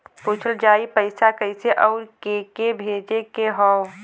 पूछल जाई पइसा कैसे अउर के के भेजे के हौ